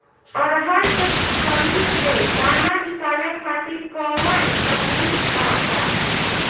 अरहर के फली से दाना निकाले खातिर कवन तकनीक बा का?